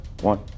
one